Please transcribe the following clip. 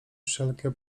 wszelkie